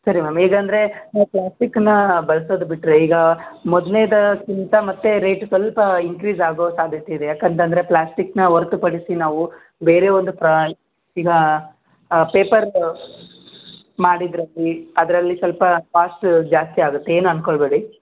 ಸರಿ ಮ್ಯಾಮ್ ಈಗ ಅಂದರೆ ನಾವು ಪ್ಲಾಸ್ಟಿಕ್ಕನ್ನ ಬಳ್ಸೋದು ಬಿಟ್ಟರೆ ಈಗ ಮೊದ್ನೆದಾಗ್ಕಿಂತ ಮತ್ತೆ ರೇಟ್ ಸ್ವಲ್ಪ ಇನ್ಕ್ರೀಸ್ ಆಗೋ ಸಾಧ್ಯತೆ ಇದೆ ಯಾಕಂತಂದರೆ ಪ್ಲಾಸ್ಟಿಕ್ಕನ್ನ ಹೊರ್ತು ಪಡಿಸಿ ನಾವು ಬೇರೆ ಒಂದು ಪ್ರಾ ಈಗ ಪೇಪರ್ ಮಾಡಿದ್ದರಲ್ಲಿ ಅದರಲ್ಲಿ ಸ್ವಲ್ಪ ಕಾಸ್ಟ್ ಜಾಸ್ತಿ ಆಗುತ್ತೆ ಏನೂ ಅಂದ್ಕೊಳ್ಬೇಡಿ